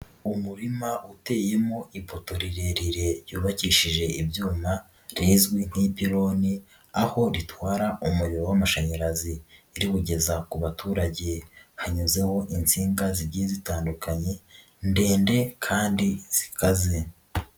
Umurima uteyemo ipoto rirerire ryubakishije ibyuma rizwi nk'ipironi, aho ritwara umuriro w'amashanyarazi riwugeza ku baturage, hanyuzeho insinga zigiye zitandukanye, ndende kandi zikaze.